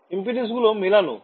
Impedance গুলো মেলানো